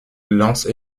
lance